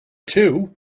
too